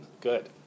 Good